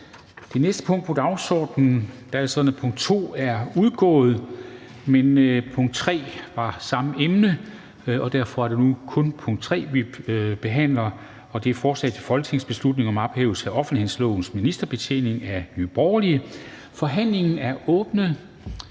det næste punkt på dagsordenen, er det sådan, at punkt 2 er udgået, men punkt 3 har samme emne, og derfor er det nu kun punkt 3, vi behandler, og det er forslag til folketingsbeslutning om ophævelse af offentlighedslovens ministerbetjeningsregel. --- Det næste punkt